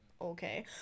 Okay